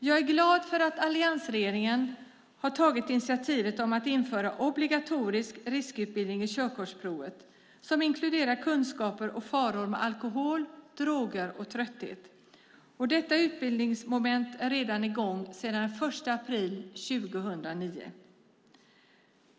Jag är glad att alliansregeringen har tagit initiativet att införa obligatorisk riskutbildning i körkortsprovet som inkluderar kunskaper och faror med alkohol, droger och trötthet. Detta utbildningsmoment är redan i gång sedan den 1 april 2009.